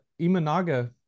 Imanaga